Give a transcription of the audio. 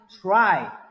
try